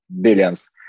billions